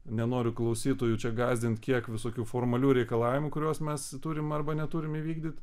nenoriu klausytojų čia gąsdint kiek visokių formalių reikalavimų kuriuos mes turim arba neturim įvykdyt